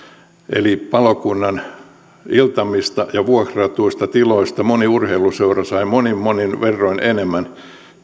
eli palokunnan iltamista ja vuokratuista tiloista moni urheiluseura sai monin monin verroin enemmän